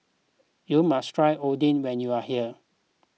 you must try Oden when you are here